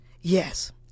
Yes